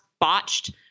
botched